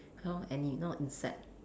hor any n~ insect